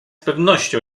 pewnością